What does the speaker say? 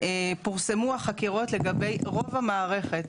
פורסמו החקירות לגבי רוב המערכת,